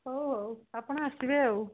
ହଉ ହଉ ଆପଣ ଆସିବେ ଆଉ